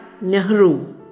Nehru